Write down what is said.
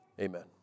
Amen